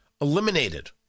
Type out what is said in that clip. eliminated